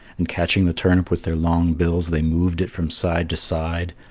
and catching the turnip with their long bills they moved it from side to side,